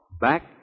back